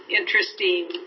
interesting